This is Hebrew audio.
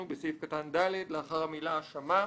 בסעיף קטן (ד), לאחר המילה "שמע"